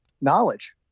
knowledge